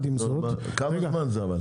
כמה זמן זה?